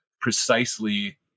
precisely